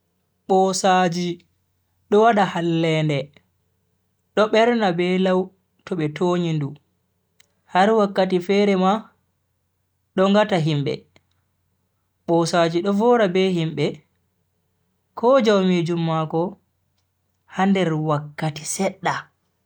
Bosaaji do wada hallende, do berna be lau to be tonyi ndu har wakkati fere ma do ngata himbe. bosaaji do vowra be himbe ko jaumijum mako ha nder wakkati sedda.